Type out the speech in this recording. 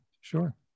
sure